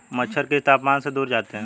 मच्छर किस तापमान से दूर जाते हैं?